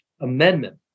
Amendment